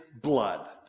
blood